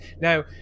now